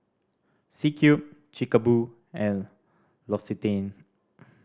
C Cube Chic Boo and L'Occitane